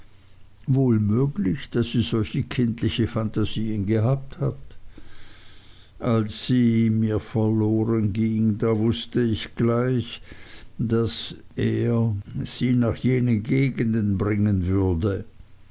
wohl möglich daß sie solch kindliche phantasien gehabt hat als sie mir verloren ging da wußte ich gleich daß er sie nach jenen gegenden bringen würde